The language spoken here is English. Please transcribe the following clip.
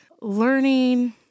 learning